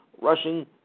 rushing